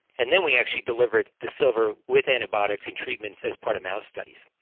and then we actually delivered the silver with antibiotics in treatments as part of mouse studies.